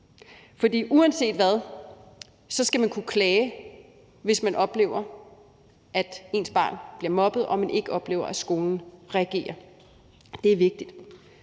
for uanset hvad, skal man kunne klage, hvis man oplever, at ens barn bliver mobbet, og man ikke oplever, at skolen reagerer, og det er vigtigt.